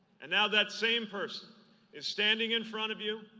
and now that same person is standing in front of you,